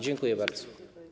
Dziękuję bardzo.